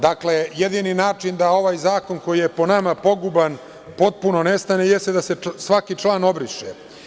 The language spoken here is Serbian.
Dakle, jedini način da ovaj zakon, koji je po nama, poguban, potpuno nestane, jeste da se svaki član obriše.